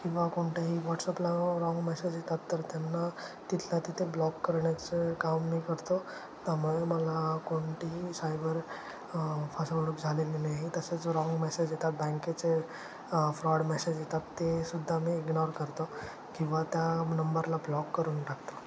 किंवा कोणत्याही व्हॉट्सअपला रॉन्ग मेसेज येतात तर त्यांना तिथल्यातिथे ब्लॉक करण्याचे काम मी करतो त्यामुळे मला कोणतीही सायबर फसवणूक झालेली नाही तसेच राँग मेसेज येतात बँकेचे फ्रॉड मेसेज येतात ते सुद्धा मी इग्नॉर करतो किंवा त्या नंबरला ब्लॉक करून टाकतो